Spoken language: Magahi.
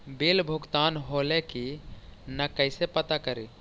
बिल भुगतान होले की न कैसे पता करी?